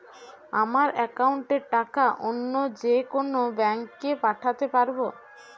আমার একাউন্টের টাকা অন্য যেকোনো ব্যাঙ্কে পাঠাতে পারব?